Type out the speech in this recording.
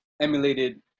emulated